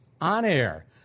on-air